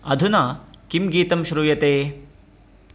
अधुना किं गीतं श्रूयते